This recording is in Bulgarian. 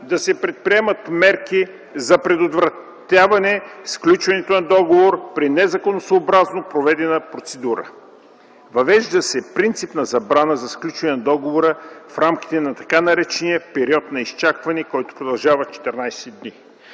да се предприемат мерки за предотвратяване сключването на договор при незаконосъобразно проведена процедура. Въвежда се принципна забрана за сключване на договора в рамките на така наречения „период на изчакване”, който продължава 14 дни.